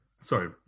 sorry